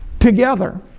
Together